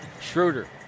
Schroeder